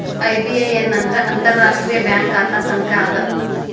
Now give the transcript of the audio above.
IBAN ಅಂದ್ರ ಅಂತಾರಾಷ್ಟ್ರೇಯ bank ಖಾತೆ ಸಂಖ್ಯಾ ಅದ